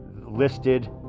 listed